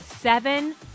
Seven